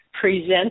present